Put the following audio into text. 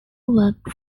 worked